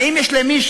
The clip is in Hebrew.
האם יש למישהו,